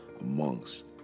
amongst